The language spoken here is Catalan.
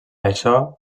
això